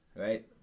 right